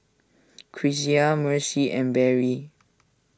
Cressie Mercy and Berry